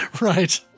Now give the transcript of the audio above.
Right